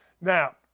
Now